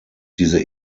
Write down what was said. diese